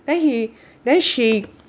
then he then she